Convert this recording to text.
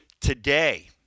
Today